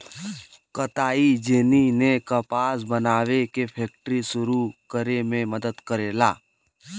कताई जेनी ने कपास बनावे के फैक्ट्री सुरू करे में मदद करला